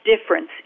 difference